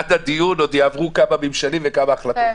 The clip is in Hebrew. עד הדיון יעברו עוד כמה ממשלים וכמה החלטות.